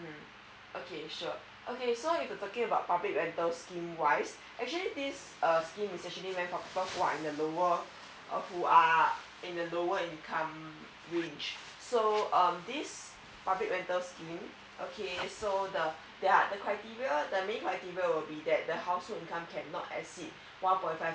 mm okay sure okay so if you're talking about probably rental scheme wise actually this uh scheme is actually meant for people in a lower people who are in a lower income range so um this public rental scheme okay so the the criteria the main criteria will be that the household income cannot exceed one point five